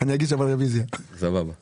מה אתה אומר, מיכאל?